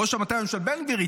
ראש המטה של בן גביר.